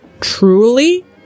truly